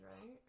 right